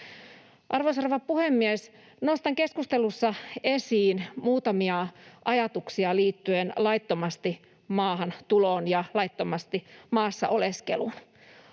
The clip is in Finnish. Arvoisa rouva puhemies! Nostan keskustelussa esiin muutamia ajatuksia liittyen laittomasti maahan tuloon ja laittomasti maassa oleskeluun.